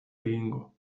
egingo